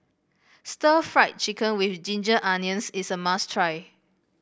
Stir Fried Chicken with Ginger Onions is a must try